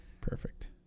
Perfect